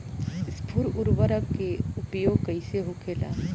स्फुर उर्वरक के उपयोग कईसे होखेला?